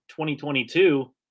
2022